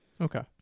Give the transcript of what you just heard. Okay